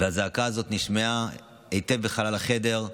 והזעקה הזאת נשמעה היטב בחלל החדר.